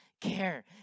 care